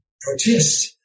protest